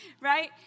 Right